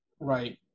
right